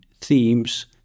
themes